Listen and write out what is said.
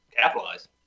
capitalize